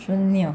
शून्य